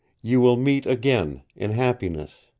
you will meet again in happiness.